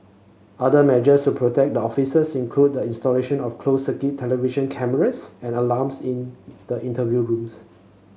other measures to protect the officers include the installation of closed circuit television cameras and alarms in the interview rooms